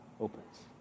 opens